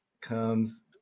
comes